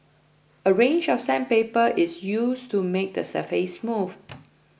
a range of sandpaper is used to make the surface smooth